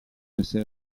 essere